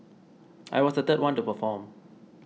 I was the third one to perform